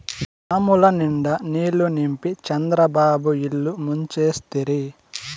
డాముల నిండా నీళ్ళు నింపి చంద్రబాబు ఇల్లు ముంచేస్తిరి